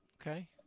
Okay